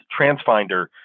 TransFinder